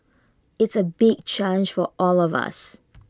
it's A big challenge for all of us